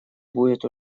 будет